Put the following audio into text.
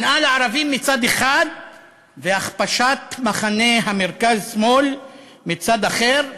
שנאה לערבים מצד אחד והכפשת מחנה המרכז-שמאל מצד אחר,